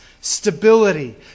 stability